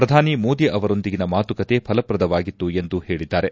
ಪ್ರಧಾನಿ ಮೋದಿ ಅವರೊಂದಿಗಿನ ಮಾತುಕತೆ ಫಲಪ್ರದವಾಗಿತ್ತು ಎಂದು ಹೇಳದ್ದಾರೆ